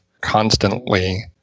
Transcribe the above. constantly